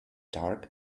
dark